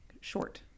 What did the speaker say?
Short